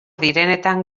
direnetan